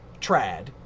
trad